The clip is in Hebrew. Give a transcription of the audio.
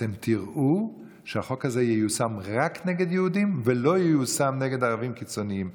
אתם תראו שהחוק הזה ייושם רק נגד יהודים ולא ייושם נגד ערבים קיצונים.